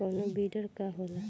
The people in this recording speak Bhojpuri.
कोनो बिडर का होला?